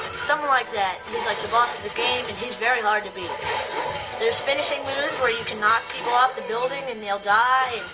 something like that he's like the boss of the game and he's very hard to beat there's finishing moves, where you can knock people off the buildings, and they'll die.